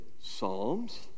psalms